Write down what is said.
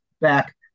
back